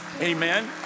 Amen